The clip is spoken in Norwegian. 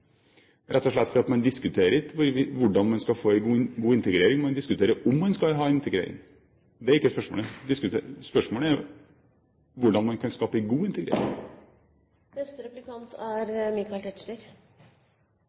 rett og slett fordi man ikke diskuterer hvordan man skal få en god integrering, man diskuterer om man skal ha integrering. Det er ikke spørsmålet. Spørsmålet er hvordan man kan skape en god integrering. Representanten Ola Borten Moe er